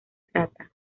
trata